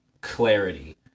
clarity